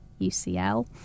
UCL